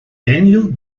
daniel